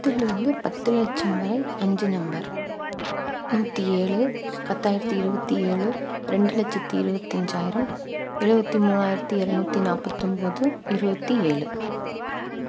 பத்திலிருந்து பத்து லட்சம் வரை அஞ்சு நம்பர் நூற்றி ஏழு பத்தாயிரத்தி இருபத்தி ஏழு ரெண்டு லட்சத்து இருபத்தஞ்சாயிரம் எழுபத்தி மூணாயிரத்து இரநூத்தி நாற்பத்தொம்பது இருபத்தி ஏழு